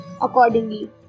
accordingly